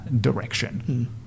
direction